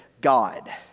God